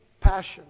passion